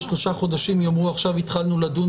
שלושה חודשים יאמרו: עכשיו התחלנו לדון,